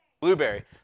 Blueberry